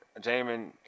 Jamin